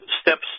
steps